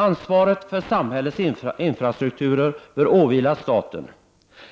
Ansvaret för samhällets infrastruktur bör åvila staten.